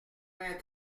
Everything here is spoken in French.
vingt